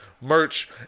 merch